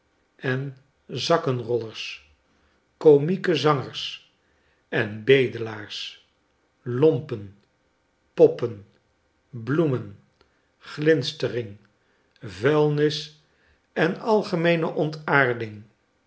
en zakkenrollers komieke zangers en bedelaars lompen poppen bloemen glinstering vuilnis en algemeene ontaarding